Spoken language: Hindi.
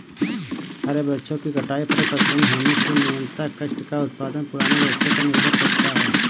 हरे वृक्षों की कटाई पर प्रतिबन्ध होने से नियमतः काष्ठ का उत्पादन पुराने वृक्षों पर निर्भर करता है